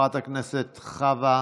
גם חברת הכנסת חוה.